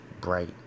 bright